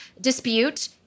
dispute